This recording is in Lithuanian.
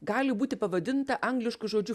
gali būti pavadinta anglišku žodžiu